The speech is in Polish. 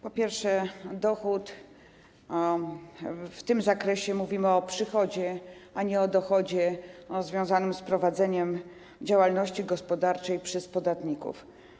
Po pierwsze, dochód - w tym zakresie mówimy o przychodzie, a nie o dochodzie związanym z prowadzeniem działalności gospodarczej przez podatników.